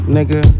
Nigga